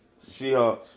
Seahawks